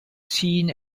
seen